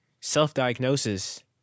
self-diagnosis